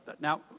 now